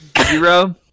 zero